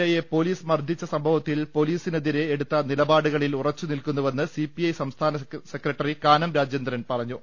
എയെ പൊലീസ് മർദ്ദിച്ച സംഭവ ത്തിൽ പൊലീസിനെതിരെ എടുത്ത നിലപാടുകളിൽ ഉറച്ചു നിൽക്കു ന്നുവെന്ന് സിപിഐ സംസ്ഥാന സെക്രട്ടറി കാനം രാജേന്ദ്രൻ പറ ഞ്ഞു